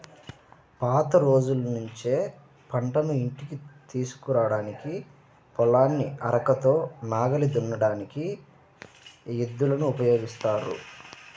పాత రోజుల్నుంచే పంటను ఇంటికి తీసుకురాడానికి, పొలాన్ని అరకతో నాగలి దున్నడానికి ఎద్దులను ఉపయోగిత్తన్నారు